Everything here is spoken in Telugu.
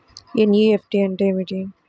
ఎన్.ఈ.ఎఫ్.టీ అంటే ఏమిటీ?